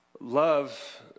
love